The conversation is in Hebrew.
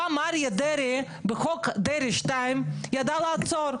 פעם אריה דרעי בחוק דרעי 2 ידע לעצור,